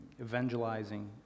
evangelizing